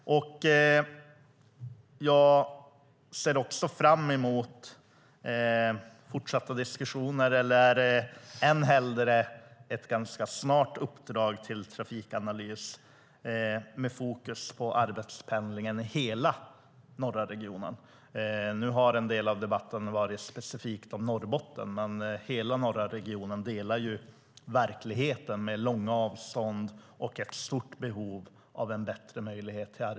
Jag ser fram emot fortsatta diskussioner eller ännu hellre att det ganska snart ges ett uppdrag om trafikanalys med fokus på arbetspendlingen i hela norra regionen.